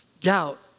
doubt